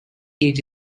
cage